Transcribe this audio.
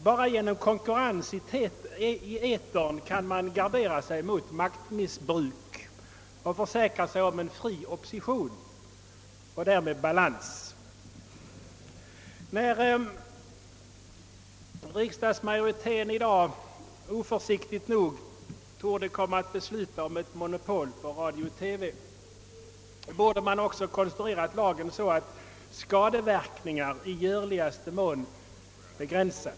Bara genom konkurrens i etern kan man gardera sig mot maktmissbruk och försäkra sig om en fri opposition och därmed balans. När riksdagsmajoriteten i dag oförsiktigt nog torde komma att besluta om ett monopol på radio-TV borde man också ha konstruerat lagen så, att skadeverkningar i görligaste mån begränsas.